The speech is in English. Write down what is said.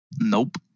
Nope